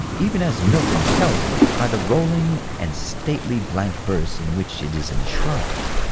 even as milton tells it, by the rolling and stately blank-verse in which it is enshrined,